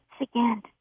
again